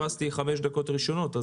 לא